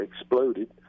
exploded